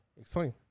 Explain